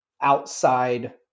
outside